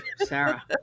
Sarah